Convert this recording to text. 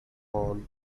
corn